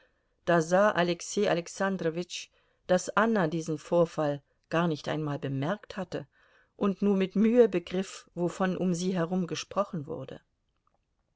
da sah alexei alexandrowitsch daß anna diesen vorfall gar nicht einmal bemerkt hatte und nur mit mühe begriff wovon um sie herum gesprochen wurde